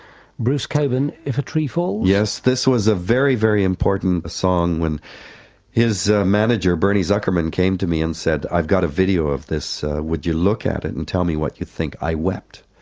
bruce cockburn, and if a tree falls. yes, this was a very, very important song when his manager, bernie zukerman came to me and said, i've got a video of this, would you look at it and tell me what you think? i wept.